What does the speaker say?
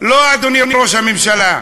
לא, אדוני ראש הממשלה.